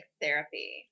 therapy